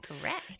Correct